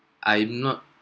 I'm not